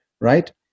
right